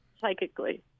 psychically